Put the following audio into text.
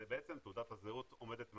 זה בעצם תעודת הזהות עומדת מאחוריו'.